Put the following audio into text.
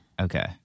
Okay